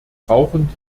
brauchen